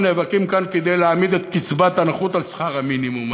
אנחנו נאבקים כאן כדי להעמיד את קצבת הנכות על שכר המינימום.